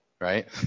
Right